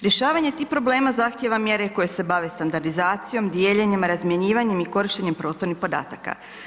Rješavanje tih problema zahtjeva mjere koje se bave standardizacijom, dijeljenjem, razmjenjivanjem i korištenjem prostornih podataka.